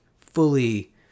fully